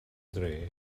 dre